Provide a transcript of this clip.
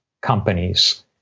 companies